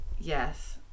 Yes